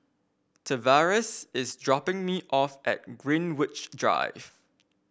Tavares is dropping me off at Greenwich Drive